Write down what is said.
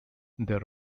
there